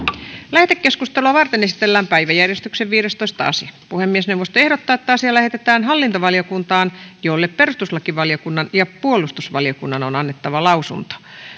lähetekeskustelua varten esitellään päiväjärjestyksen viidestoista asia puhemiesneuvosto ehdottaa että asia lähetetään hallintovaliokuntaan jolle perustuslakivaliokunnan ja puolustusvaliokunnan on annettava lausunto